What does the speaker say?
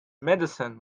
medicine